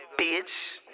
Bitch